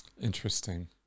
interesting